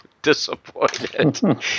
disappointed